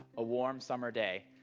a warm summer day.